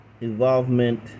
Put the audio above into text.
involvement